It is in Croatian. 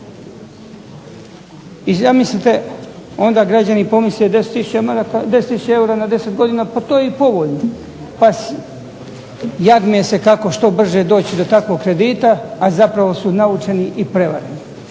I zamislite onda građani pomisle 10 tisuća eura na 10 godina, pa to je povoljno, jagme se kako što brže doći do takvog kredita a zapravo su navučeni i prevareni.